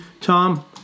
Tom